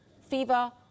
fever